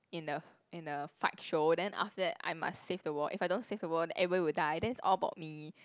in the in the fight show then after that I must save the world if I don't save the world then everyone will die then it's all about me